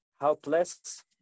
helpless